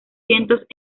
cientos